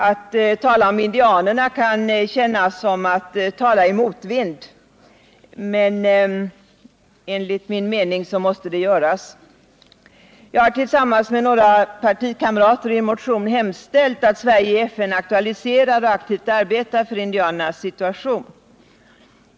Att tala om indianerna kan kännas som att tala i motvind, men enligt min mening måste det göras. Jag har tillsammans med några partikamrater i en motion hemställt att Sverige i FN aktualiserar och aktivt arbetar för förbättring av indianernas situation.